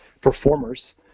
Performers